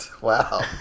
Wow